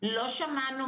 לא שמענו,